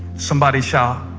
somebody shout,